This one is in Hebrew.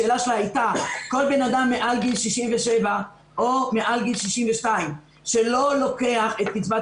השאלה שלה הייתה: כל אדם מעל גיל 67 או מעל גיל 62 שלא לוקח את קצבת